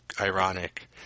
ironic